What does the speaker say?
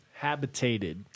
Habitated